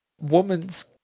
woman's